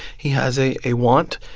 he has a a want,